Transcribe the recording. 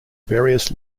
various